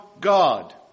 God